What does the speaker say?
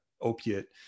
opiate